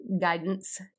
guidance